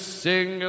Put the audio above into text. sing